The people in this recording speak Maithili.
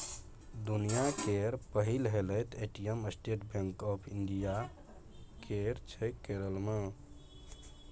दुनियाँ केर पहिल हेलैत ATM State Bank of India केर छै केरल मे